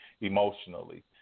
emotionally